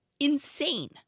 insane